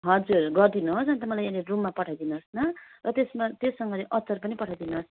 हजुर गरिदिनुहोस् अन्त मलाई यहाँनिर रुममा पठाइदिनुहोस् ल र त्यसमा त्योसँग चाहिँ अचार पनि पठाइदिनुहोस्